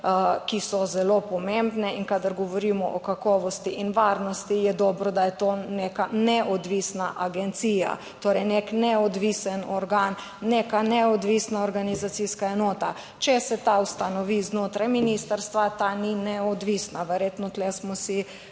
ki so zelo pomembne in kadar govorimo o kakovosti in varnosti je dobro, da je to neka neodvisna agencija, torej nek neodvisen organ, neka neodvisna organizacijska enota. Če se ta ustanovi znotraj ministrstva, ta ni neodvisna. Verjetno, tukaj smo si